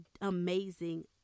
amazing